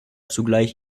zugleich